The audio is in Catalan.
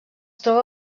troba